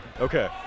Okay